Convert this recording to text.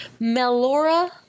Melora